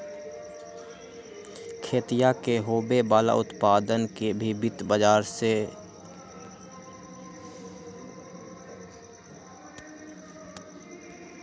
खेतीया से होवे वाला उत्पादन के भी वित्त बाजार ही देखा हई